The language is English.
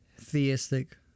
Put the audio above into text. theistic